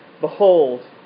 behold